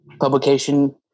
publication